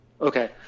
Okay